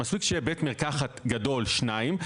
מספיק שיהיה בית מרקחת גדול אחד או שניים,